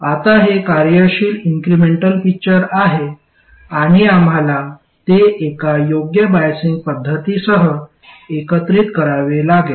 आता हे कार्यशील इन्क्रिमेंटल पिक्चर आहे आणि आम्हाला ते एका योग्य बाईसिंग पद्धतीसह एकत्रित करावे लागेल